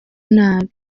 nabi